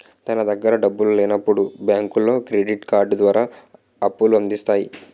తన దగ్గర డబ్బులు లేనప్పుడు బ్యాంకులో క్రెడిట్ కార్డు ద్వారా అప్పుల అందిస్తాయి